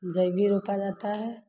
जिसे भी रोपा जाता है